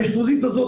האשפוזית הזאת,